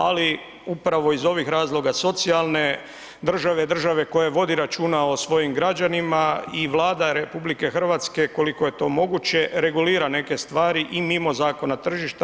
Ali upravo iz ovih razloga socijalne državne, države koja vodi računa o svojim građanima i Vlada RH koliko je to moguće regulira neke stvari i mimo zakona tržišta.